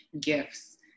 gifts